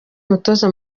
umutoza